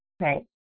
Right